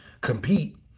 compete